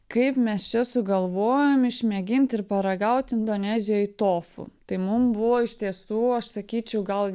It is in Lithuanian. kaip mes čia sugalvojom išmėgint ir paragaut indonezijoj tofu tai mum buvo iš tiesų aš sakyčiau gal